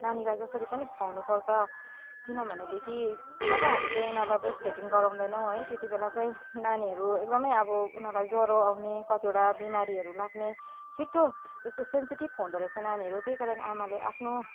नानीलाई जसरी पनि खुवाउनुपर्छ किन भनेदेखि जब हामीले उनीहरूलाई ब्रेस्ट फिडिङ् गराउँदैनौँ है त्यतिबेला चाहिँ नानीहरू एकदमै अबबो उनीहरूलाई ज्वरो आउने कतिवटा बिमारीहरू लाग्ने छिट्टो यस्तो सेन्सिटिभ हुँदोरहेछ नानीहरू त्यही कारण आमाले आफ्नो